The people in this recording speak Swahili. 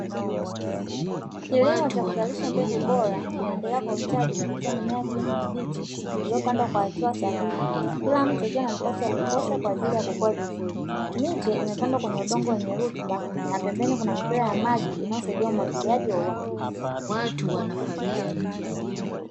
Kilimo cha kuzalisha mbegu bora kinaendelea kwa ustadi kupitia mimea ya kijani kibichi iliyopandwa kwa hatua sahihi kila mche ukiwa na nafasi ya kutosha kwa ajili ya kukua vizuri, miche imepandwa kwenye udongo wenye rutububa na pembeni kuna mipira ya maji inayosaidia umwagiliaji wa uhakika.